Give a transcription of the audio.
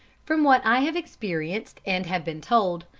from what i have experienced and have been told,